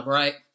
right